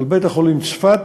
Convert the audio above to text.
על בית-החולים צפת,